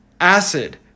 acid